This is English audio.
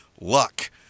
luck